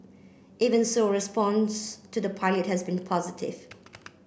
even so response to the pilot has been positive